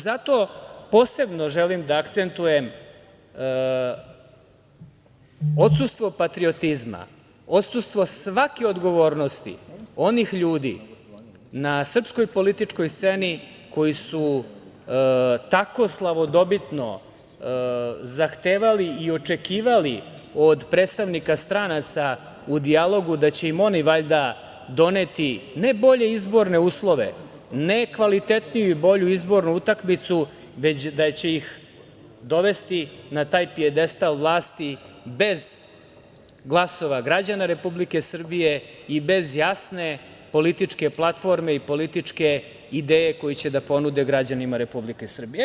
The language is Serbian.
Zato posebno želim da akcentujem odsustvo patriotizma, odsustvo svake odgovornosti onih ljudi na srpskoj političkoj sceni koji su tako slavodobitno zahtevali i očekivali od predstavnika stranaca u dijalogu da će im oni valjda doneti ne bolje izborne uslove, ne kvalitetniju i bolju izbornu utakmicu, već da će ih dovesti na taj pijedestal vlasti bez glasova građana Republike Srbije i bez jasne političke platforme i političke ideje koju će da ponude građanima Republike Srbije.